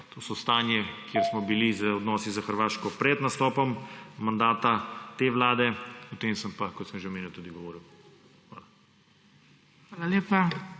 To o stanju, kjer smo bili z odnosi s Hrvaško pred nastopom mandata te vlade, sem pa, kot sem že omenil, tudi govoril. Hvala.